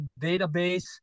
database